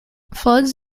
floods